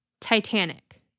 Titanic